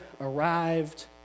arrived